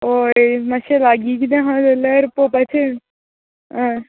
होय मातशें लागी कितें हां जाल्यार पोवपाचें हय